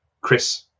Chris